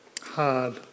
hard